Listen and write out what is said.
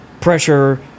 pressure